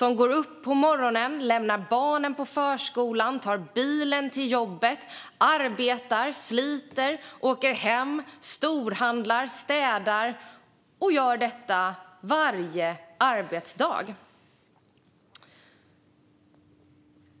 De går upp på morgonen, lämnar barnen på förskolan, tar bilen till jobbet, arbetar, sliter, åker hem, storhandlar, städar - och gör detta varje arbetsdag.